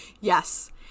Yes